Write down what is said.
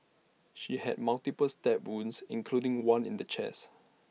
she had multiple stab wounds including one in the chest